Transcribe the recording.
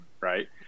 right